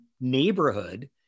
neighborhood